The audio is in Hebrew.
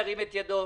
ירים את ידו.